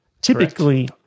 typically